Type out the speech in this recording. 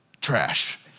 trash